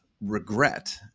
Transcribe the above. regret